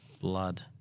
blood